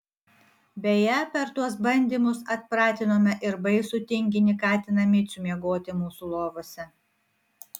beje per tuos bandymus atpratinome ir baisų tinginį katiną micių miegoti mūsų lovose